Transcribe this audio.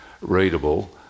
readable